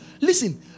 listen